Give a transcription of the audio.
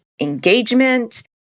engagement